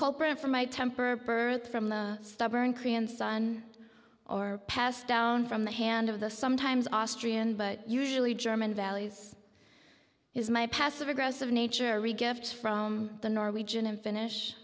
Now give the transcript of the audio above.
culprit for my temper birthed from the stubborn korean son or passed down from the hand of the sometimes austrian but usually german valley's is my passive aggressive nature re gift from the norwegian and finnish